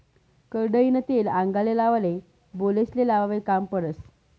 करडईनं तेल आंगले लावाले, बालेस्ले लावाले काम पडस